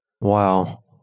Wow